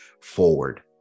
forward